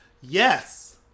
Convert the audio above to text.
Yes